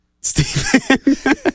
Stephen